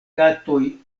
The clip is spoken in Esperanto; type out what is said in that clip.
katoj